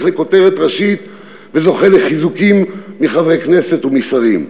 לכותרת ראשית וזוכה לחיזוקים מחברי כנסת ומשרים.